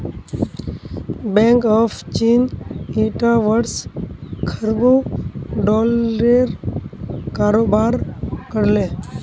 bank of चीन ईटा वर्ष खरबों डॉलरेर कारोबार कर ले